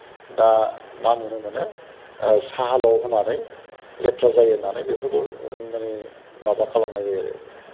दा मा नुनो मोनो साहाल' होनानै लेथ्रा जायो होननानै बेफोरखौ जों माने माबा खालामनाय जायो आरो